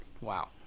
Wow